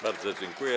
Bardzo dziękuję.